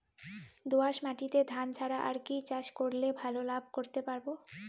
দোয়াস মাটিতে ধান ছাড়া আর কি চাষ করলে খুব ভাল লাভ করতে পারব?